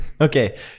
okay